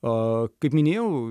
a kaip minėjau